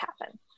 happen